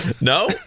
No